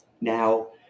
Now